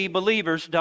believers